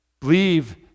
Believe